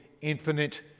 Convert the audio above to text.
infinite